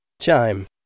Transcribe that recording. Chime